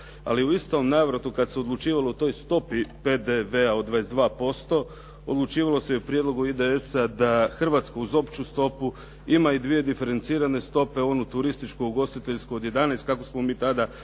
Ali u istom navratu kada se odlučivalo o toj stopi PDV-a od 22%, odlučivalo se i o prijedlogu IDS-a da Hrvatska uz opću stopu ima i dvije diferencirane stope onu turističku, ugostiteljsku od 11 kako smo mi to tada